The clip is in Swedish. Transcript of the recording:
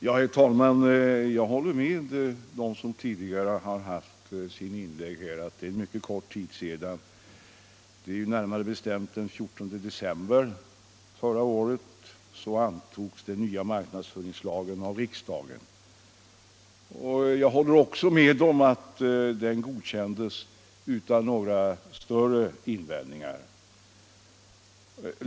Herr talman! Jag håller med de föregående talarna i denna debatt om att det är mycket kort tid sedan den nya marknadsföringslagen antogs av riksdagen — det var närmare bestämt den 14 december förra året. Det är också riktigt som de har sagt att den godkändes utan några större invändningar.